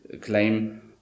claim